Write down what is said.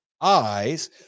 eyes